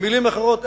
במלים אחרות,